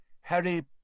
Harry